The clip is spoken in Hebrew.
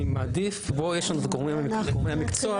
יש את גורמי המקצוע,